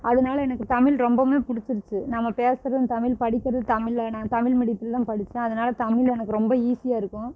அதனால எனக்கு தமிழ் ரொம்பவுமே பிடிச்சிருச்சி நம்ம பேசுறதும் தமிழ் படிக்கிறது தமிழில் நான் தமிழ் மீடியத்தில் தான் படிச்சேன் அதனால தமிழ் எனக்கு ரொம்ப ஈசியாக இருக்கும்